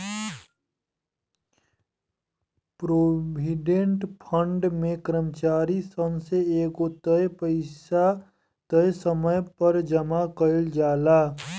provident fund में कर्मचारी सन से एगो तय पइसा तय समय पर जामा कईल जाला